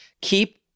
keep